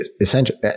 essentially